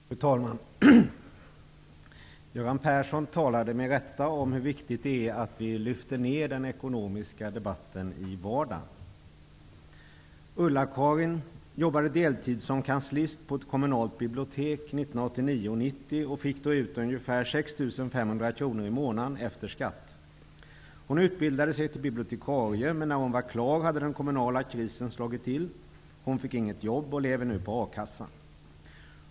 Fru talman! Göran Persson talade med rätta om hur viktigt det är att vi lyfter ner den ekonomiska debatten i vardagen. Ulla-Karin jobbade deltid som kanslist på ett kommunalt bibliotek 1989 och 1990 och fick då ut ungefär 6 500 kr i månaden efter skatt. Hon utbildade sig till bibliotikarie, men när hon var klar hade den kommunala krisen slagit till. Hon fick inget jobb och lever nu på a-kassan.